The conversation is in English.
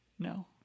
No